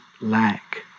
lack